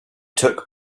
took